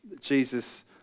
Jesus